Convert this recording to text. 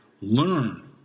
learn